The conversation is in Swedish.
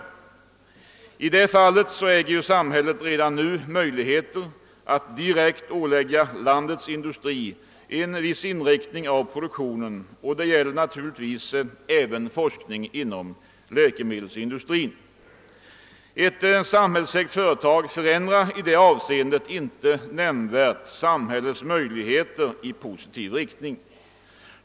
I ett sådant fall äger emellertid samhället redan nu möjligheter att direkt ålägga landets industri en viss inriktning av produktionen. Detta gäller naturligtvis även forskning inom läkemedelsindustrin. Att samhället övertar ett företag förändrar i det avseendet inte nämnvärt samhällets möjligheter i positiv riktning.